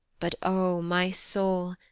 but, o my soul,